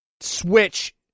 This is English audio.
Switch